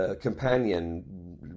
Companion